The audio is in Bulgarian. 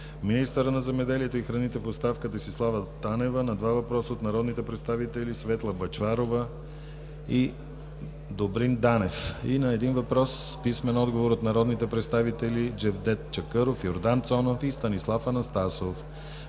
министърът на земеделието и храните в оставка Десислава Танева – на два въпроса от народните представители Светла Бъчварова и Добрин Данев, и на един въпрос с писмен отговор от народните представители Джевдет Чакъров, Йордан Цонев, и Станислав Анастасов,